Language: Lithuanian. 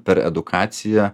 per edukaciją